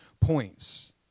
points